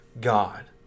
God